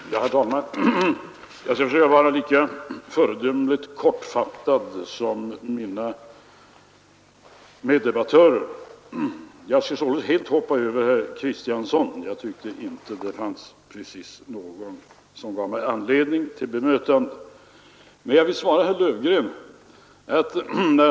Herr talman! Jag skall försöka att vara lika föredömligt kortfattad som mina meddebattörer. Jag skall således helt hoppa över herr Kristiansson i Harplinge, eftersom det inte fanns något i hans inlägg som gav mig anledning till bemötande. Men jag vill svara herr Löfgren.